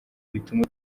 bituma